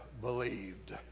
believed